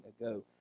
ago